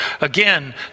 Again